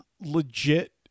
Legit